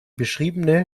beschriebene